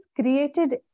created